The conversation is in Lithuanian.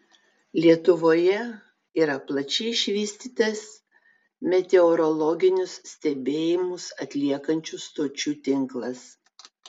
lietuvoje yra plačiai išvystytas meteorologinius stebėjimus atliekančių stočių tinklas